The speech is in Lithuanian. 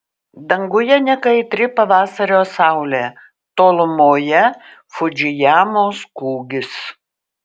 danguje nekaitri pavasario saulė tolumoje fudzijamos kūgis